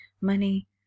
money